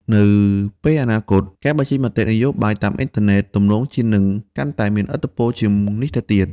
នៅពេលអនាគត ការបញ្ចេញមតិនយោបាយតាមអ៊ីនធឺណិតទំនងជានឹងកាន់តែមានឥទ្ធិពលជាងនេះទៅទៀត។